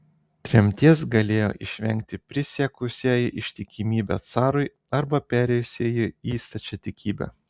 tremties galėjo išvengti prisiekusieji ištikimybę carui arba perėjusieji į stačiatikybę